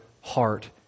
heart